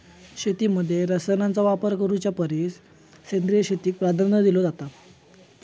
शेतीमध्ये रसायनांचा वापर करुच्या परिस सेंद्रिय शेतीक प्राधान्य दिलो जाता